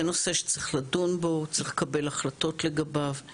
זה נושא שצריך לדון בו, צריך לקבל החלטות לגביו.